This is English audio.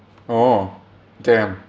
oh damn